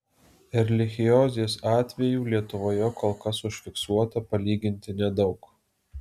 erlichiozės atvejų lietuvoje kol kas užfiksuota palyginti nedaug